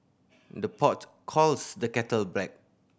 the pot calls the kettle black